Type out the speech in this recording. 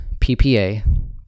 ppa